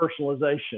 personalization